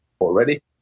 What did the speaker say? already